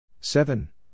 seven